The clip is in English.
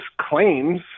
claims